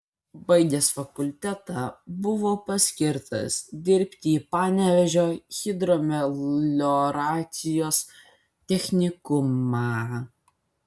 baigęs fakultetą buvo paskirtas dirbti į panevėžio hidromelioracijos technikumą